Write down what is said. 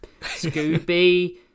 Scooby